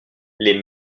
les